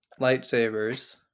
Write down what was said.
lightsabers